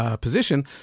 position